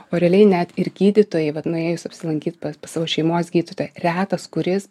o realiai net ir gydytojai vat nuėjus apsilankyt pas savo šeimos gydytoją retas kuris